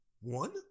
One